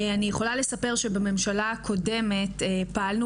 אני יכולה לספר שבממשלה הקודמת פעלנו